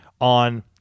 on